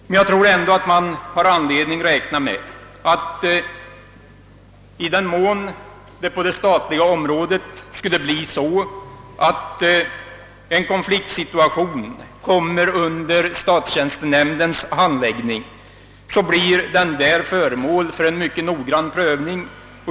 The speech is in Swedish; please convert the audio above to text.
Men jag tror ändå att man har anledning räkna med att i den mån en konfliktsituation på det statliga området kommer under statstjänstenämndens handläggning så blir den inom nämnden föremål för en mycket noggrann prövning.